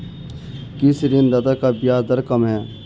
किस ऋणदाता की ब्याज दर कम है?